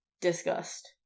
disgust